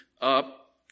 up